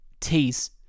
Teas